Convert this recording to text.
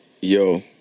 Yo